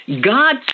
God